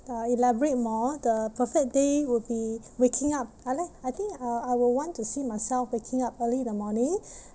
uh elaborate more the perfect day would be waking up I like I think uh I will want to see myself waking up early in the morning